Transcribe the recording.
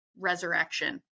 resurrection